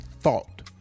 thought